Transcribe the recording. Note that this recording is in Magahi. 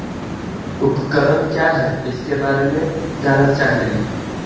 उपकरण क्या है इसके बारे मे जानल चाहेली?